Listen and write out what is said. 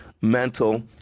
mental